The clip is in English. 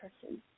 person